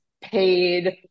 paid